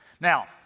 Now